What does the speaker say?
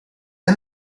han